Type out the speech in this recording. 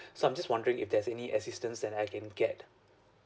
so I'm just wondering if there's any assistance that I can get